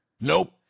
Nope